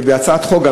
גם בהצעת חוק,